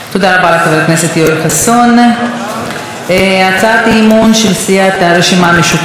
הצעת אי-אמון של סיעת הרשימה המשותפת: כישלונה של הממשלה בתחום החברתי,